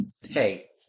Hey